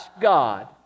God